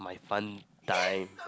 fun time